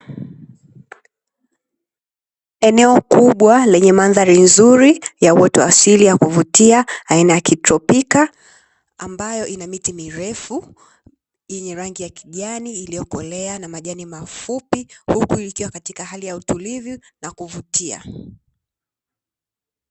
Eneo kubwa lenye mandhari nzuri ya uoto wa asili wa kuvutia aina ya kitropika, ambayo ina miti mirefu yenye rangi ya kijani iliyokolea na majani mafupi, huku likiwa katika hali ya utulivu na kuvutia.